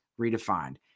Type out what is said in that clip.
redefined